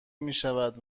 میشد